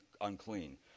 unclean